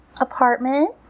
apartment